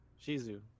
Shizu